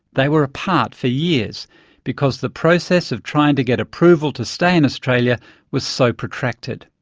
they were apart for years because the process of trying to get approval to stay in australia was so protracted.